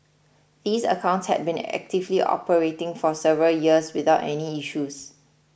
these accounts had been actively operating for several years without any issues